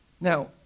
Now